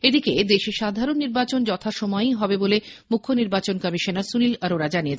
এদিকে দেশে সাধারণ নির্বাচন যথাসময়েই হবে বলে মুখ্য নির্বাচন কমিশনার সুনীল অরোরা জানিয়েছেন